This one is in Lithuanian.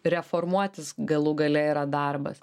reformuotis galų gale yra darbas